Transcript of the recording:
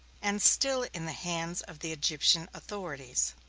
and still in the hands of the egyptian authorities.